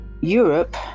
Europe